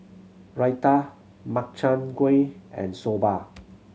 Raita Makchang Gui and Soba